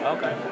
Okay